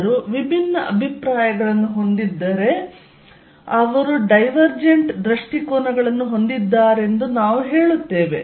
ಜನರು ವಿಭಿನ್ನ ಅಭಿಪ್ರಾಯಗಳನ್ನು ಹೊಂದಿದ್ದರೆ ಅವರು ಡೈವರ್ಜೆಂಟ್ ದೃಷ್ಟಿಕೋನಗಳನ್ನು ಹೊಂದಿದ್ದಾರೆಂದು ನಾವು ಹೇಳುತ್ತೇವೆ